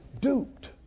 duped